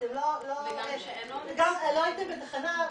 אתם לא הייתם בתחנה,